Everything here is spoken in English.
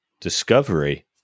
discovery